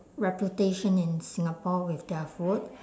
reputation in singapore with their food